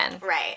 Right